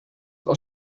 voor